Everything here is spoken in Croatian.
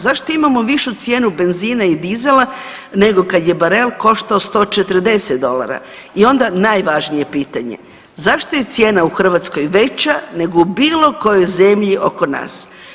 Zašto imamo višu cijenu benzina i dizela nego kad je barel koštao 140 dolara i onda najvažnije pitanje, zašto je cijena u Hrvatskoj veća nego u bilo kojoj zemlji oko nas.